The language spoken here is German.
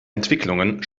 entwicklungen